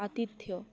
ଆତିଥ୍ୟ